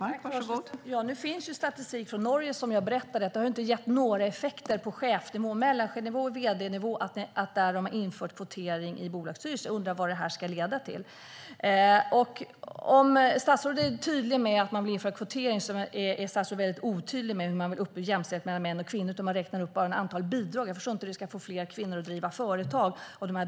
Fru ålderspresident! Nu finns statistik från Norge. Kvotering i bolagsstyrelser har inte gett några effekter på chefsnivå, mellanchefsnivå eller vd-nivå. Jag undrar vad det ska leda till. Om statsrådet är tydlig med att man vill införa kvotering är statsrådet i stället otydlig med hur man vill uppnå jämställdhet mellan män och kvinnor. Man räknar upp bidrag. Jag förstår inte hur bidragen ska få fler kvinnor att driva företag.